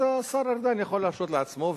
אז השר ארדן יכול להרשות לעצמו,